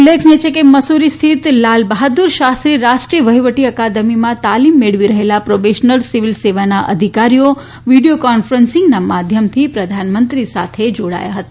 ઉલ્લેખનીય છે કે મસુરી સ્થિત લાલ બહાદુર શાસ્ત્રી રાષ્ટ્રીય વહીવટી અકાદમીમાં તાલીમ મેળવી રહેલા પ્રોબેશનર સિવિલ સેવાના અધિકારીઓ વિડિયો કોન્ફરન્સના માધ્યમથી પ્રધાનમંત્રી સાથે જોડાયા હતા